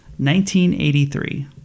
1983